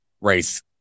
race